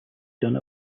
done